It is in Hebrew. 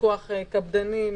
פיקוח קפדני,